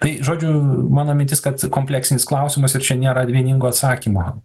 tai žodžiu mano mintis kad kompleksinis klausimas ir čia nėra vieningo atsakymo